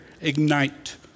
ignite